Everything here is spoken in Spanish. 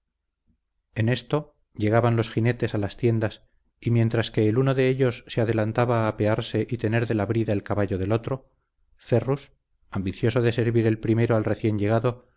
en esto llegaban los jinetes a las tiendas y mientras que el uno de ellos se adelantaba a apearse y tener de la brida el caballo del otro ferrus ambicioso de servir el primero al recién llegado